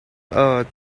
earth